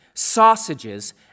sausages